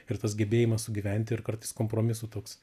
ir tas gebėjimas sugyventi ir kartais kompromisų toks